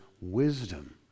wisdom